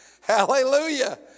Hallelujah